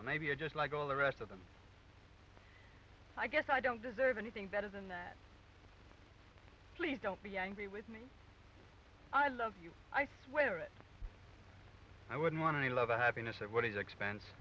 maybe you're just like all the rest of them i guess i don't deserve anything better than that please don't be angry with me i love you i swear it i wouldn't want any love or happiness that what is expens